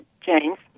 James